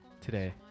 Today